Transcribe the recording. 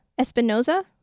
espinoza